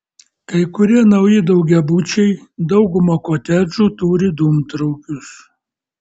kai kurie nauji daugiabučiai dauguma kotedžų turi dūmtraukius